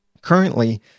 Currently